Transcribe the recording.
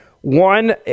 One